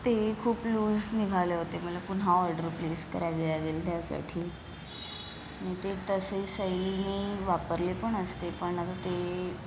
ते खूप लूज निघाले होते मला पुन्हा ऑर्डर प्लेस करावी लागेल त्यासाठी मी ते तसे सैल मी वापरले पण असते पण आता ते